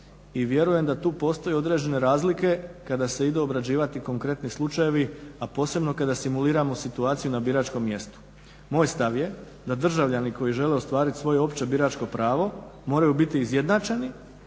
i vjerujem da tu postoje određene razlike kada se idu obrađivati konkretni slučajevi, a posebno kada simuliramo situaciju na biračkom mjestu. Moj stav je da državljani koji žele ostvarit svoje opće biračko pravo moraju biti izjednačeni,